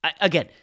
Again